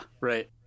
Right